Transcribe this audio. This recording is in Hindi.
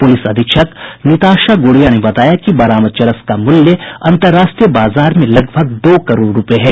पुलिस अधीक्षक निताशा गुड़िया ने बताया कि बरामद चरस का मूल्य अंतर्राष्ट्रीय बाजार में लगभग दो करोड़ रूपये है